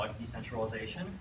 decentralization